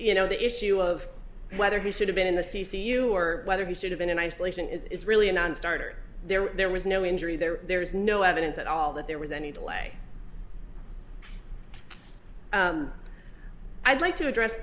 you know the issue of whether he should have been in the c c u or whether he should have been in isolation is really a nonstarter there there was no injury there there is no evidence at all that there was any delay i'd like to address